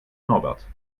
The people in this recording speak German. norbert